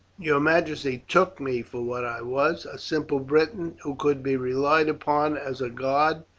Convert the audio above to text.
your majesty took me for what i was, a simple briton, who could be relied upon as a guard,